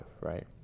right